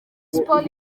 sports